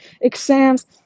exams